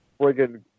friggin